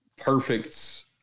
perfect